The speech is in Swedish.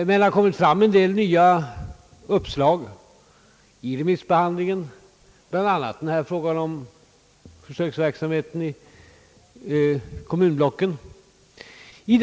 Under remissbehandlingen har en del nya uppslag kommit fram, bl.a. tanken på en försöksverksamhet i kommunblocken.